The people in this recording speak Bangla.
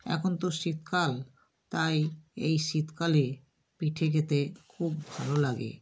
এখন তো শীতকাল তাই এই শীতকালে পিঠে খেতে খুব ভালো লাগে